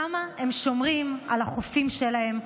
כמה הם שומרים על החופים שלהם,